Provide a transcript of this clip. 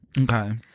Okay